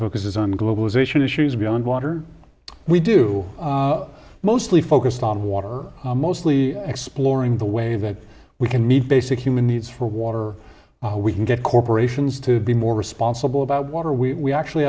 focuses on globalization issues beyond water we do mostly focused on water mostly exploring the way that we can meet basic human needs for water we can get corporations to be more responsible about water we actually